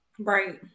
right